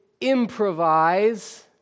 improvise